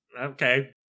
Okay